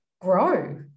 grow